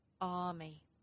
army